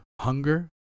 Hunger